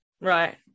Right